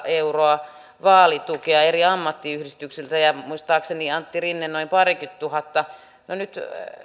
euroa vaalitukea eri ammattiyhdistyksiltä ja muistaakseni antti rinne noin parikymmentä tuhatta no nyt